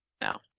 No